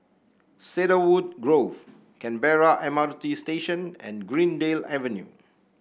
Cedarwood Grove Canberra M R T Station and Greendale Avenue